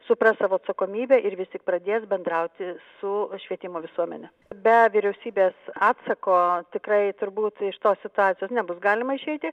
supras savo atsakomybę ir vis tik pradės bendrauti su švietimo visuomene be vyriausybės atsako tikrai turbūt iš tos situacijos nebus galima išeiti